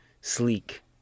sleek